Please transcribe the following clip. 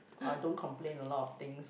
I don't complain a lot of things